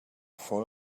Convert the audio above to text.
fou